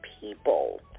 people